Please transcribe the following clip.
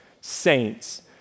saints